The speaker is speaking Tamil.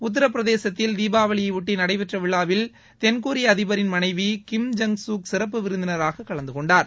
உத்தரபிரதேசத்தில் தீபாவளியையொட்டி நடைபெற்ற விழாவில் தென்கொரிய அதிபரின் மனைவி கிம் ஜங் சூக் சிறப்பு விருந்தினராக கலந்து கொண்டார்